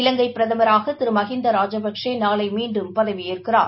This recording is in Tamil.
இவங்கை பிரதமராக திரு மகிந்தா ராஜபக்ஷே நாளை மீண்டும் பதவியேற்கிறார்